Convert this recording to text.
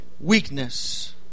Weakness